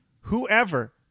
Whoever